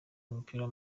w’umupira